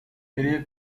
பெரிய